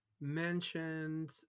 mentioned